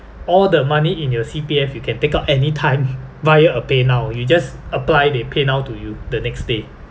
all the money in your C_P_F you can take out anytime via a paynow you just apply they paynow to you the next day